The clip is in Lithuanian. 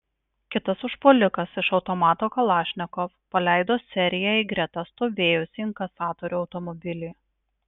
kitas užpuolikas iš automato kalašnikov paleido seriją į greta stovėjusį inkasatorių automobilį